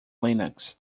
linux